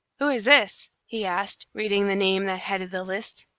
who is this? he asked, reading the name that headed the list.